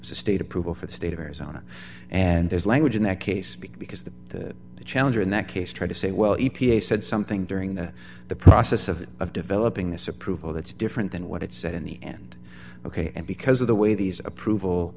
state approval for the state of arizona and there's language in that case because the challenger in that case try to say well e p a said something during the the process of developing this approval that's different than what it said in the end ok and because of the way these approval